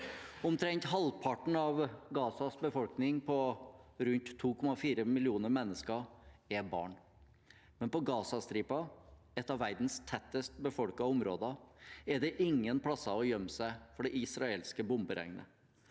Omtrent halvparten av Gazas befolkning på rundt 2,4 millioner mennesker er barn, men på Gazastripen, et av verdens tettest befolkede områder, er det ingen plass å gjemme seg for det israelske bomberegnet.